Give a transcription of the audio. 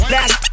Last